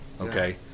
Okay